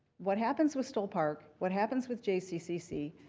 what happens with stoll park, what happens with jccc,